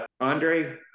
Andre